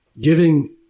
giving